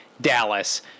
Dallas